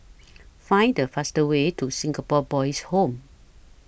Find The fastest Way to Singapore Boys' Home